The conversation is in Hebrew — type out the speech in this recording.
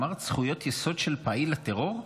אמרת "זכויות יסוד של פעיל הטרור"?